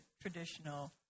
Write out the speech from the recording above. traditional